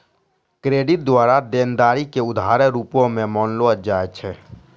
credit द्वारा देनदारी के उधारो रूप मे मानलो जाय छै